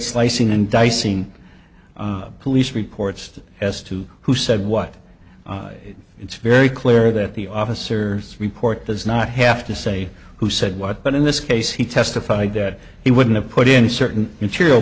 slicing and dicing police reports as to who said what it's very clear that the officer report does not have to say who said what but in this case he testified that he wouldn't put in certain material